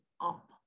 up